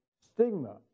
stigma